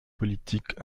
politiques